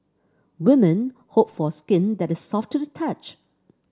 women hope for skin that is soft to the touch